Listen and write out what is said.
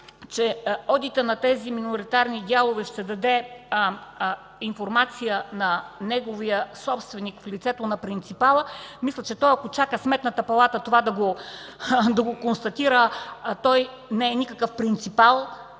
че одитът на тези миноритарни дялове ще даде информация на неговия собственик в лицето на принципала, мисля, че ако той чака Сметната палата да констатира това, не е никакъв принципал